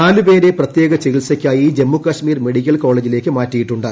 നാലു പേരെ പ്രത്യേക ചികിത്സയ്ക്കായി ജമ്മുകശ്മീർ മെഡിക്കൽ കോളേജിലേക്ക് മാറ്റിയിട്ടുണ്ട്